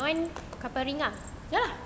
but one couple ring ah